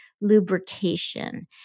lubrication